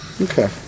Okay